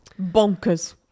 bonkers